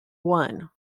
one